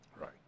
Right